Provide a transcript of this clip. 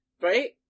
right